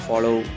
Follow